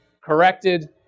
corrected